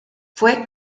fue